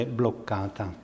bloccata